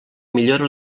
millora